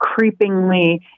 creepingly